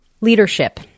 Leadership